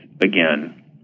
again